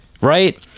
right